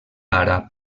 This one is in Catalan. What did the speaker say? àrab